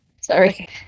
Sorry